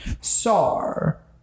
SAR